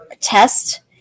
test